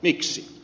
miksi